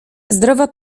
zdrowa